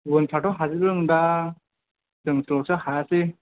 गुबुनफ्राथ' हाजोबदों दां जोंथ'सो हायासै